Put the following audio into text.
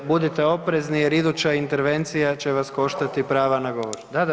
Budite oprezni jer iduća intervencija će vas koštati prava na govor. … [[Upadica se ne razumije.]] Da, da.